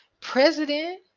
president